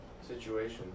situation